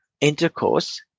intercourse